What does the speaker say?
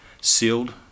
sealed